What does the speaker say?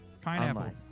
Pineapple